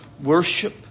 worship